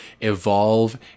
evolve